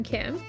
Kim